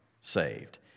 saved